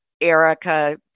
Erica